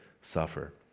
suffer